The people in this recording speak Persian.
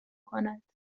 کند